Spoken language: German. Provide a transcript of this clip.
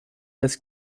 dass